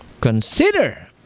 Consider